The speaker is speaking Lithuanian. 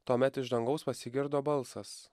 tuomet iš dangaus pasigirdo balsas